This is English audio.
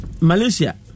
Malaysia